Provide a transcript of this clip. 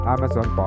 Amazon